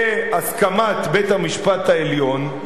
בהסכמת בית-המשפט העליון,